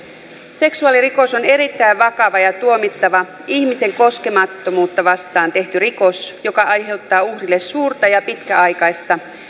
seksuaalirikos on erittäin vakava ja tuomittava ihmisen koskemattomuutta vastaan tehty rikos joka aiheuttaa uhrille suurta ja pitkäaikaista